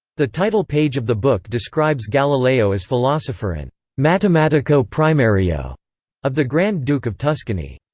the title page of the book describes galileo as philosopher and matematico primario of the grand duke of tuscany.